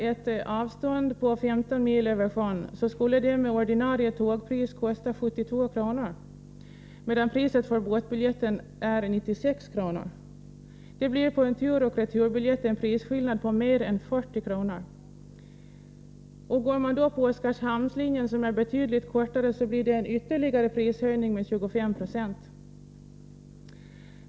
Ett avstånd på 15 mil över sjön skulle med ordinarie tågpris kosta 72 kr., medan priset för båtbiljetten är 96 kr. Prisskillnaden på en tur och retur-biljett blir mer än 40 kr. På Oskarshamnslinjen, som är betydligt kortare, blir det en ytterligare prishöjning med 25 90.